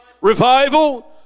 revival